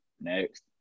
Next